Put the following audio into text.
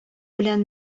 белән